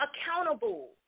accountable